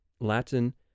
Latin